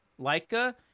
Leica